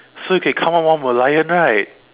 so you can come out one Merlion right